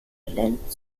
lendt